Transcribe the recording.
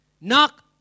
Knock